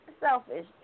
Selfish